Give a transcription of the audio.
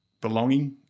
belonging